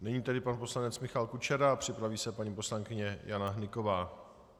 Nyní pan poslanec Michal Kučera a připraví se paní poslankyně Jana Hnyková.